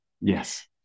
Yes